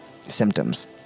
symptoms